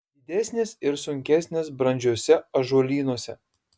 didesnės ir sunkesnės brandžiuose ąžuolynuose